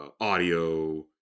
audio